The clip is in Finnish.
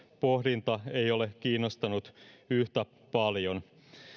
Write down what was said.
pohdinta ei ole kiinnostanut yhtä paljon